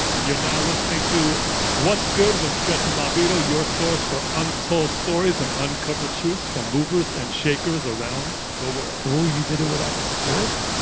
you're now listening to what's good with stretch and bobbito, your source for untold stories and uncovered truths from movers and shakers around the world oh, you did it without the script